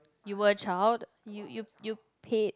you were a child you you you paid